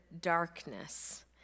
darkness